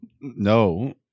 No